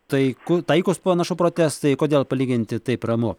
taiku taikūs panašu protestai kodėl palyginti taip ramu